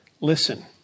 Listen